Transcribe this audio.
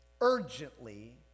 urgently